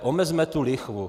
Omezme tu lichvu.